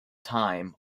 time